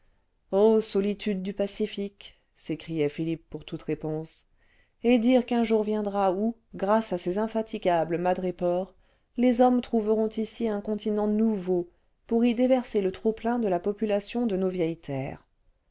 solitudes du pacifique s'écriait philippe pour toute réponse et dire qu'un jour viendra où grâce à ces infatigables madrépores les hommes trouveront ici un continent nouveau pour y déverser le trop-plein de la population de nos vieilles terres